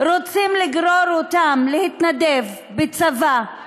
רוצים לגרור אותם להתנדב בצבא,